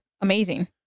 amazing